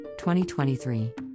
2023